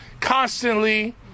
constantly